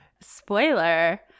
Spoiler